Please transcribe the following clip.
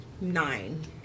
nine